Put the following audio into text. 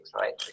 right